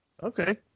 Okay